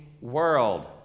world